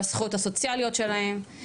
בזכויות הסוציאליות שלהם,